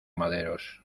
maderos